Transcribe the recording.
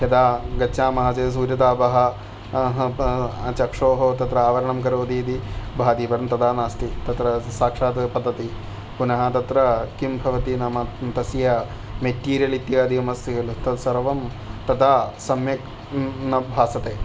यदा गच्छामः चेत् सूर्यतापः अहं चक्षोः तत्र आवरणनं करोति इति भाति परं तथा नास्ति तत्र साक्षात् पतति पुनः तत्र किं भवति नाम तस्य मेटीरियल् इत्यादिकम् अस्ति खलु तत् सर्वं तथा सम्यक् न भासते